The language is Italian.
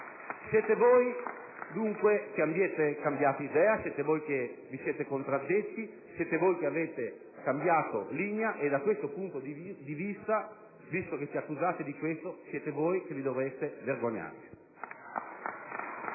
siete voi, dunque, che avete cambiato idea, che vi siete contraddetti, che avete cambiato linea, e da questo punto di vista, dato che ci accusate di questo, siete voi che vi dovreste vergognare.